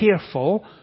careful